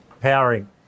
Powering